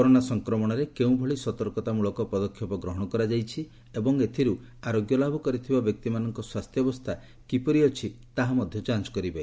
corona ସଂକ୍ରମଣରେ କେଉଁଭଳି ସତର୍କତାମ୍ବଳକ ପଦକ୍ଷେପ ଗ୍ରହଣ କରାଯାଇଛି ଏବଂ ଏଥିରୁ ଆରୋଗ୍ୟ ଲାଭ କରିଥିବା ବ୍ୟକ୍ତିମାନଙ୍କ ସ୍ୱାସ୍ଥ୍ୟାବସ୍ଥା କିପରି ଅଛି ତାହା ଯାଞ୍ଚ୍ କରିବେ